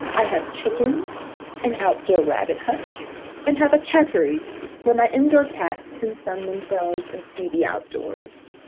i have chickens and outdoor rabbit hutch and have a category where my indoor cats can sun themselves and c b outdoors.